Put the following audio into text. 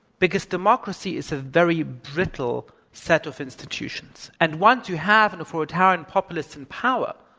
because democracy is a very brittle set of institutions, and once you have an authoritarian populace in power,